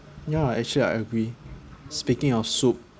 ya actually I agree speaking of soup